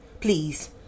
please